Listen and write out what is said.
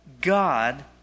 God